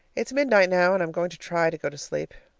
it's midnight now, and i'm going to try to go to sleep.